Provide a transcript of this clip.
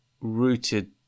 rooted